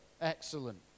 Excellent